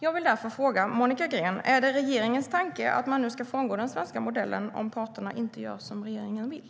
Jag vill därför fråga Monica Green om det är regeringens tanke att man nu ska frångå den svenska modellen om parterna inte gör som regeringen vill.